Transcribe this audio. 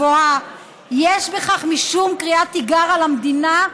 יש בכך משום קריאת תיגר על המדינה,